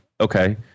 okay